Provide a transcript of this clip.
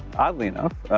oddly enough,